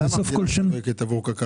למה היא משווקת עבור קק"ל?